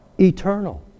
eternal